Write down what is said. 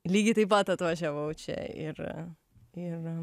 lygiai taip pat atvažiavau čia ir ir